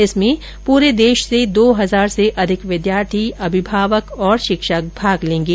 इसमें पूरे देश से दो हजार से अधिक विद्यार्थी अभिभावक और शिक्षक भाग लेंगे